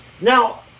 Now